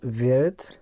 wird